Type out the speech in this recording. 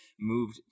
moved